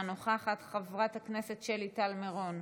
אינה נוכחת, חברת הכנסת שלי טל מירון,